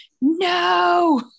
no